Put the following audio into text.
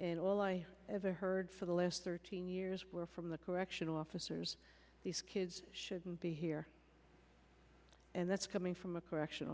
and all i ever heard for the last thirteen years were from the correctional officers these kids shouldn't be here and that's coming from a correction